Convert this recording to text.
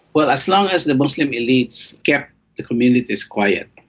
well, as long as the muslim elites kept the communities quiet,